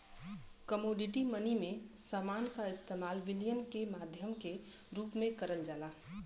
commodity money में समान क इस्तेमाल विनिमय के माध्यम के रूप में करल जाला